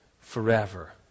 forever